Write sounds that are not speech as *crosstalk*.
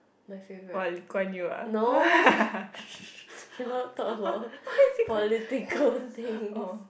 my favourite no *breath* cannot talk about political things